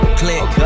click